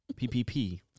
PPP